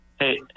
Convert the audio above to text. hey